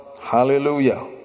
Hallelujah